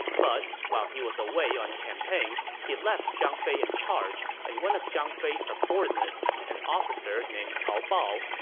but while he was away on campaign, he left zhang fei in charge, and one of zhang fei's subordinates, an officer named cao bao,